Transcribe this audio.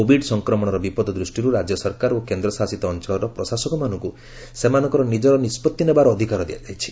Covid ସଫକ୍ରମଣର ବିପଦ ଦୃଷ୍ଟିରୁ ରାଜ୍ୟ ସରକାର ଓ କେନ୍ଦ୍ର ଶାସିତ ଅଞ୍ଚଳର ପ୍ରଶାସକମାନଙ୍କୁ ସେମାନଙ୍କର ନିଜର ନିଷ୍ପଭି ନେବାର ଅଧିକାର ଦିଆଯାଇଛି